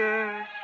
Yes